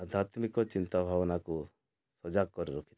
ଆଧ୍ୟାତ୍ମିକ ଚିନ୍ତା ଧାରଣାକୁ ସଜାଗ କରି ରଖିଥାଏ